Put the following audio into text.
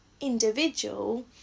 individual